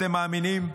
אתם מאמינים?